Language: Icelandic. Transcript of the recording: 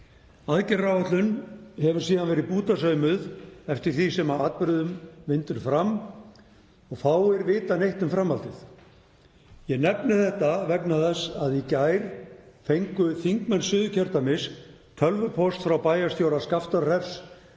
Aðgerðaáætlun hefur síðan verið bútasaumuð eftir því sem atburðum vindur fram og fáir vita neitt um framhaldið. Ég nefni þetta vegna þess að í gær fengum við þingmenn Suðurkjördæmis tölvupóst frá bæjarstjóra Skaftárhrepps